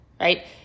right